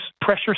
pressure